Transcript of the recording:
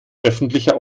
öffentlicher